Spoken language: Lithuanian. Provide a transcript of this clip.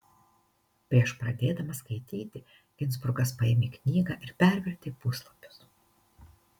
prieš pradėdamas skaityti ginzburgas paėmė knygą ir pervertė puslapius